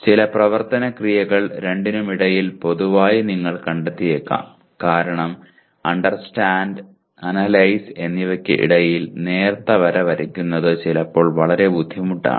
ചില പ്രവർത്തന ക്രിയകൾ രണ്ടിനുമിടയിൽ പൊതുവായതായി നിങ്ങൾ കണ്ടെത്തിയേക്കാം കാരണം അണ്ടർസ്റ്റാൻഡ് അനലൈസ് എന്നിവയ്ക്ക് ഇടയിൽ നേർത്ത വര വരയ്ക്കുന്നത് ചിലപ്പോൾ വളരെ ബുദ്ധിമുട്ടാണ്